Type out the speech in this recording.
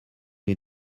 est